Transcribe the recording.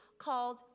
called